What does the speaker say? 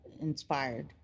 inspired